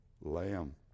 lamb